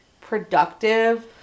productive